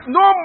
no